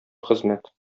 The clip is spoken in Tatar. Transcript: хезмәт